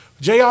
JR